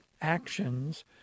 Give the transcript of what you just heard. actions